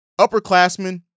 upperclassmen